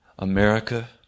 America